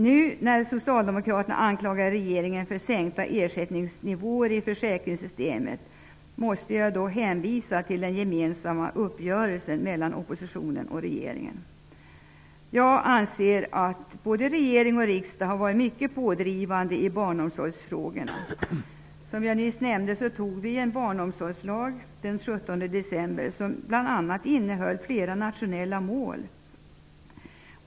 Nu anklagar Socialdemokraterna regeringen för sänkta ersättningsnivåer i försäkringssystemet. Jag måste då hänvisa till den gemensamma uppgörelsen mellan oppositionen och regeringen. Jag anser att både regeringen och riksdagen har varit mycket pådrivande i barnomsorgsfrågorna. Som jag nyss nämnde antog vi en barnomsorgslag den 17 december som bl.a. innehöll flera nationella mål.